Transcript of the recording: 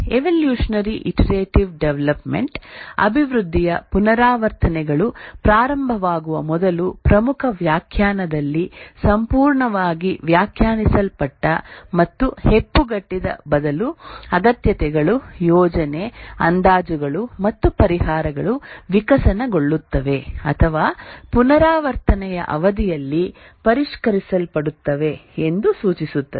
evolutionary iterative development ಅಭಿವೃದ್ಧಿಯ ಪುನರಾವರ್ತನೆಗಳು ಪ್ರಾರಂಭವಾಗುವ ಮೊದಲು ಪ್ರಮುಖ ವ್ಯಾಖ್ಯಾನದಲ್ಲಿ ಸಂಪೂರ್ಣವಾಗಿ ವ್ಯಾಖ್ಯಾನಿಸಲ್ಪಟ್ಟ ಮತ್ತು ಹೆಪ್ಪುಗಟ್ಟಿದ ಬದಲು ಅಗತ್ಯತೆಗಳು ಯೋಜನೆ ಅಂದಾಜುಗಳು ಮತ್ತು ಪರಿಹಾರಗಳು ವಿಕಸನಗೊಳ್ಳುತ್ತವೆ ಅಥವಾ ಪುನರಾವರ್ತನೆಯ ಅವಧಿಯಲ್ಲಿ ಪರಿಷ್ಕರಿಸಲ್ಪಡುತ್ತವೆ ಎಂದು ಸೂಚಿಸುತ್ತದೆ